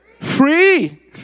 free